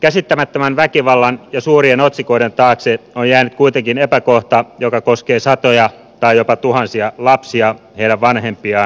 käsittämättömän väkivallan ja suurien otsikoiden taakse on jäänyt kuitenkin epäkohta joka koskee satoja tai jopa tuhansia lapsia heidän vanhempiaan ja isovanhempiaan